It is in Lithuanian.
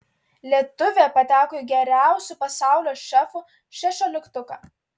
lietuvė pateko į geriausių pasaulio šefų šešioliktuką